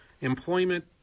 employment